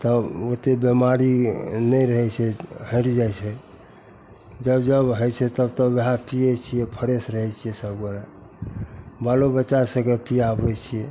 तब ओतेक बेमारी नहि रहै छै हटि जाइ छै जब जब होइ छै तब तब वएह पिए छिए फ्रेश रहै छिए सभगोरा बालो बच्चा सभकेँ पिआबै छिए